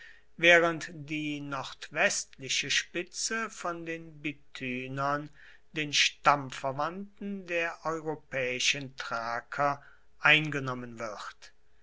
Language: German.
während die nordwestliche spitze von den bithynern den stammverwandten der europäischen thraker eingenommen wird